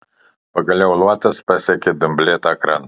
pagaliau luotas pasiekė dumblėtą krantą